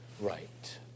right